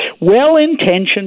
well-intentioned